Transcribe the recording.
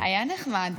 היה נחמד.